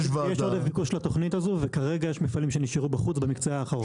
יש עודף ביקוש לתוכנית וכרגע יש מפעלים שנשארו בחוץ במקצה האחרון.